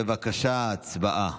בבקשה, הצבעה.